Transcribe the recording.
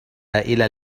إلى